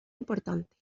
importantes